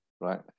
right